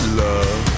love